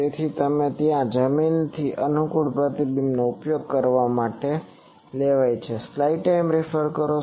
તેથી ત્યાં તમે જમીનમાંથી અનુકૂળ પ્રતિબિંબનો ઉપયોગ કરવા માટે ઉપયોગમાં લેવાય છે